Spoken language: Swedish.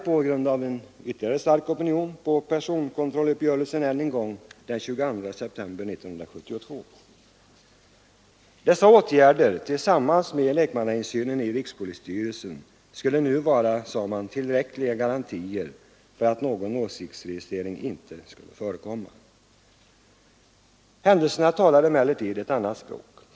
På grund av stark opinion ändrades personkontrollkungörelsen än en gång den 22 september 1972. Dessa åtgärder tillsammans med lekmannainsynen i rikspolisstyrelsen skulle nu vara, sades det, tillräckliga garantier för att någon åsiktsregistrering inte skulle förekomma. Händelserna talar emellertid ett annat språk.